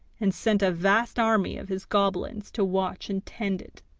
and sent a vast army of his goblins to watch and tend it,